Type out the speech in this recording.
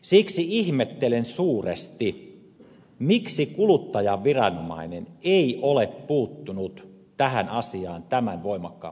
siksi ihmettelen suuresti miksi kuluttajaviranomainen ei ole puuttunut tähän asiaan tämän voimakkaammalla tavalla